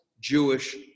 Jewish